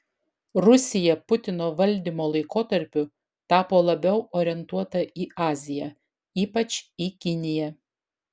rusija putino valdymo laikotarpiu tapo labiau orientuota į aziją ypač į kiniją